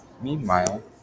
Meanwhile